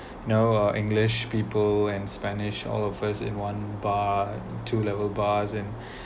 you know ah english people and spanish all of us in one bar two level bars and